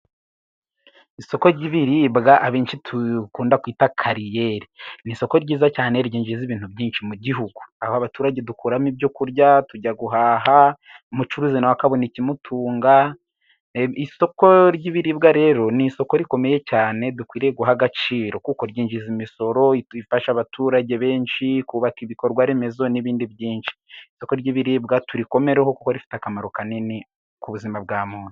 Isoko ry'ibiribwa abenshi dukunda kwita kariyeri， ni isoko ryiza cyane ryinjiza ibintu byinshi mu gihugu， aho abaturage dukuramo ibyo kurya， tujya guhaha， umucuruzi nawe akabona ikimutunga， isoko ry'ibiribwa rero ni isoko rikomeye cyane dukwiriye guha agaciro， kuko ryinjiza imisoro ifasha abaturage benshi kubaka ibikorwa remezo，n'ibindi byinshi. Isoko ry'ibiribwa turikomereho， kuko rifite akamaro kanini ku buzima bwa muntu.